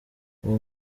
uwo